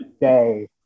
day